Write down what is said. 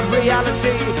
reality